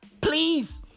Please